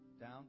Down